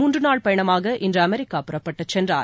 மூன்று நாள் பயணமாக இன்று அமெரிக்கா புறப்பட்டுச் சென்றார்